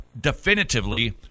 definitively